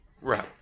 Right